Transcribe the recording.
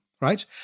right